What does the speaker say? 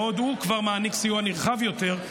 בעוד הוא כבר מעניק סיוע נרחב יותר,